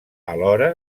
alhora